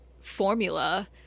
formula